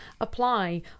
apply